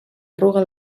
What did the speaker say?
arruga